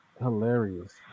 Hilarious